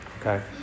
Okay